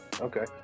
Okay